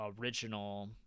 original